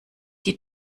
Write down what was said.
die